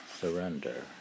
Surrender